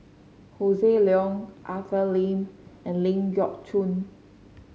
Hossan Leong Arthur Lim and Ling Geok Choon